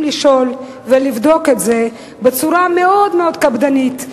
לשאול ולבדוק את זה בצורה מאוד מאוד קפדנית,